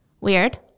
Weird